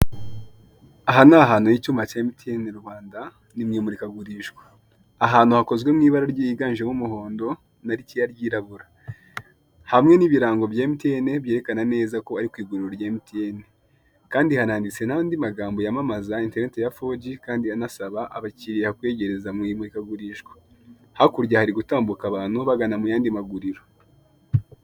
Aha ni ahantu h'icyuma cya Emutiyeni Rwanda, ni mu imurikagurishwa. Ahantu hakozwe mu ibara ryiganjemo umuhondo na ricyeya ryirabura. Hamwe n'ibirango bya Emutiyeni byerekana neza ko ari ku iguriro rya Emutiyeni. Kandi hanadiste n'andi magambo yamamza interineti ya fogi, kandi anasaba abakiriya kuyiyegereza mu imurikagurishwa. Hakurya hari gutambuka abantu bagana mu yandi maguriro.